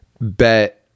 bet